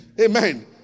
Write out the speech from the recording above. amen